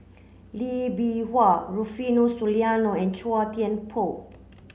Lee Bee Wah Rufino Soliano and Chua Thian Poh